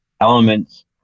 elements